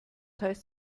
heißt